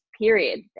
period